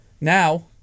Now